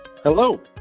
Hello